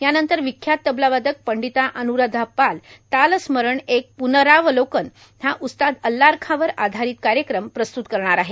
यानंतर विख्यात तबलावादक पंडिता अन्राधा पाल तालस्मरण एक प्नरावलोकन हा उस्ताद अल्लारखां वर आधारित कार्यक्रम प्रस्तुत करणार आहेत